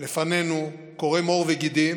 לפנינו קורם עור וגידים